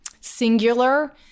singular